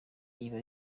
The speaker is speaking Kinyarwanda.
iba